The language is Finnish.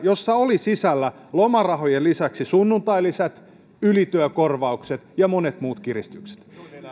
jossa oli sisällä lomarahojen lisäksi sunnuntailisät ylityökorvaukset ja monet muut kiristykset